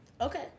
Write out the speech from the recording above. Okay